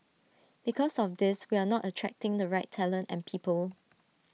because of this we are not attracting the right talent and people